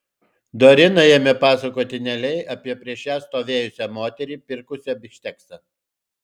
dorina ėmė pasakoti nelei apie prieš ją stovėjusią moterį pirkusią bifšteksą